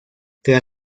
tras